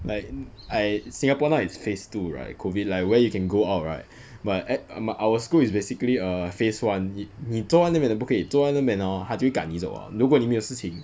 like I singapore now is phase two right COVID like where you can go out right but eh err m~ our school is basically err phase one 你你坐在那边都不可以坐在那边 hor 他就会赶你走了如果你没有事情